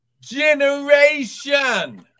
Generation